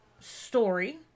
story